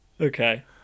Okay